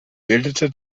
bildete